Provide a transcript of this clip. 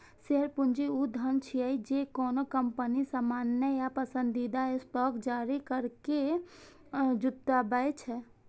share पूंजी ऊ धन छियै, जे कोनो कंपनी सामान्य या पसंदीदा स्टॉक जारी करैके जुटबै छै